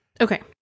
Okay